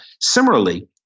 Similarly